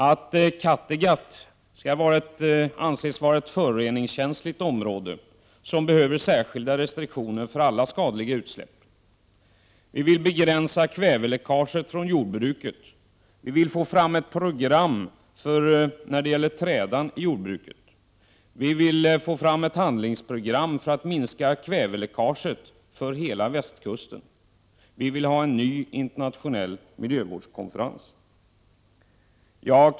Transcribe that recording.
e Kattegatt skall anses vara ett föroreningskänsligt område som behöver särskilda restriktioner för alla skadliga utsläpp. e Vi vill begränsa kväveläckaget från jordbruket. e Vi vill få fram ett program när det gäller trädan i jordbruket. e Vi vill få fram ett handlingsprogram för att minska kväveläckaget för hela västkusten. e Vi vill ha en ny internationell miljövårdskonferens.